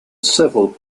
several